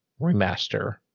remaster